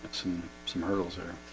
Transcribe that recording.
some some hurdles. there